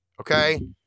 okay